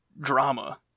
drama